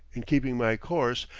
in keeping my course,